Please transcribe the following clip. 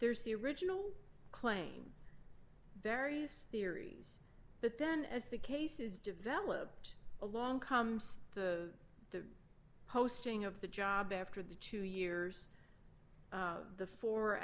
there's the original claim various theories but then as the cases developed along comes the the posting of the job after the two years the four